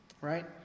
right